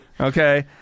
Okay